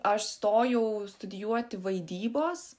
aš stojau studijuoti vaidybos